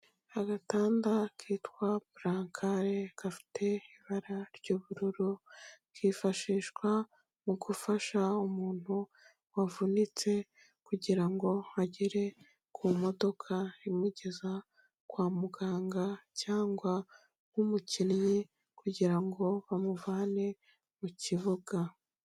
Agatanda kitwa burankare gafite ibara ry'ubururu, kifashishwa mu gufasha umuntu wavunitse kugira ngo agere ku modoka imugeza kwa muganga , cyangwa w'umukinnyi kugira ngo bamuvane mu kibuga.